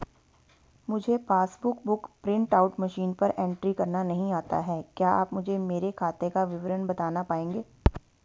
मुझे passbook book print out machine पर entry करना नहीं आता है क्या आप मुझे मेरे खाते का विवरण बताना पाएंगे?